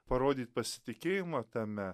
parodyt pastikėjimą tame